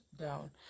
down